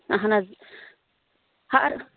اَہَن حظ ہر